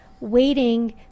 waiting